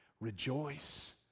rejoice